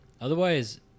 Otherwise